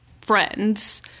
friends